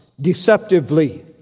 deceptively